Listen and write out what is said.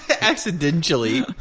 Accidentally